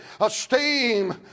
esteem